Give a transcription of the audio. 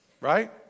right